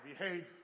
behave